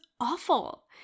awful